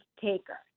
taker